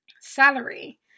Salary